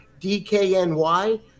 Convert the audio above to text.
DKNY